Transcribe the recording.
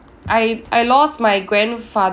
I I lost my grandfa~